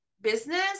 business